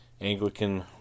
Anglican